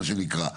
מה שנקרא,